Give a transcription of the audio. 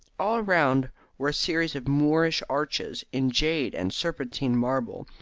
all round were a series of moorish arches, in jade and serpentine marble,